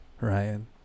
Ryan